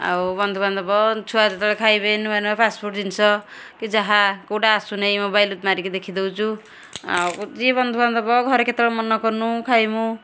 ଆଉ ବନ୍ଧୁବାନ୍ଧବ ଛୁଆ ଯେତବେଳେ ଖାଇବେ ନୂଆ ନୂଆ ଫାଷ୍ଟ୍ଫୁଡ଼୍ ଜିନିଷ କି ଯାହା ଆସୁନାହିଁ ମୋବାଇଲ୍ରେ ମାରିକି ଦେଖି ଦେଉଛୁ ଆଉ ଯିଏ ବନ୍ଧୁବାନ୍ଧବ ଘରେ କେତେବେଳେ ମନ କଲୁଣୁ ଖାଇମୁ